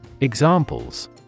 Examples